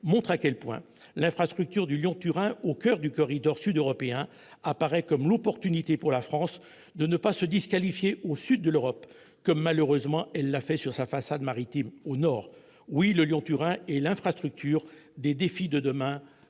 illustre à quel point l'infrastructure du Lyon-Turin, de par sa situation au coeur du corridor sud-européen, est une opportunité pour la France de ne pas se disqualifier au sud de l'Europe, comme malheureusement elle l'a fait sur sa façade maritime au nord. Oui, le Lyon-Turin est l'infrastructure des défis de demain.